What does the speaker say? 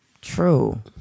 True